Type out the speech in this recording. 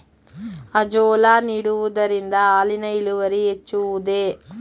Azolla ನೀಡುವುದರಿಂದ ಹಾಲಿನ ಇಳುವರಿ ಹೆಚ್ಚುವುದೇ?